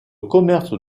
commerce